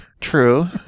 true